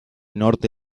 norte